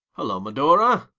hullo, medora!